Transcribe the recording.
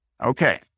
Okay